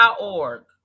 org